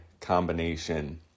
combination